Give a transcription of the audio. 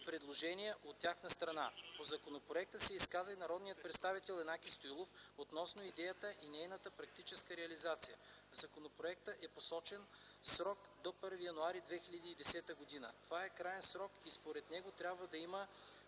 предложения от тяхна страна. По законопроекта се изказа и народният представител Янаки Стоилов, относно идеята и нейната практическа реализация. В законопроекта е посочен срок до 1 януари 2010 г. Това е краен срок и според него трябва да има